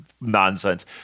nonsense